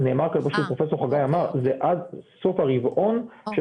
פשוט פרופ' חגי אמר זה עד סוף הרבעון של